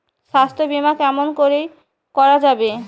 স্বাস্থ্য বিমা কেমন করি করা যাবে?